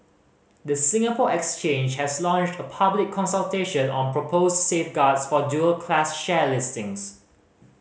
the Singapore Exchange has launched a public consultation on proposed safeguards for dual class share listings